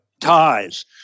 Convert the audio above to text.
ties